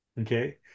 Okay